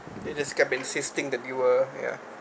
they just kept insisting that you will ya